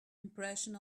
impression